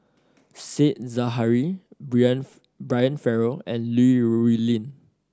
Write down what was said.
Said Zahari Brian Farrell and Li Rulin